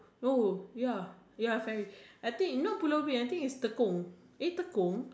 no ya ya ferry I think not Pulau-Ubin I think is Tekong eh Tekong